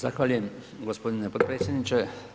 Zahvaljujem g. potpredsjedniče.